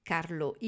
Carlo